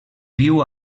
viu